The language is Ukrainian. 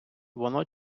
воно